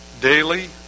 daily